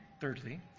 thirdly